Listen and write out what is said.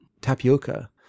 Tapioca